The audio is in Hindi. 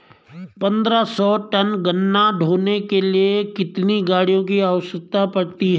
पन्द्रह सौ टन गन्ना ढोने के लिए कितनी गाड़ी की आवश्यकता पड़ती है?